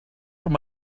from